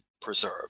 preserve